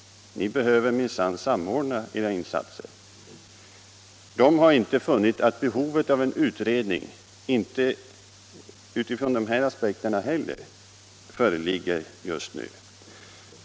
Ni behöver minsann samordna era insatser. De har inte heller utifrån dessa aspekter funnit att det föreligger något behov av en utredning just nu.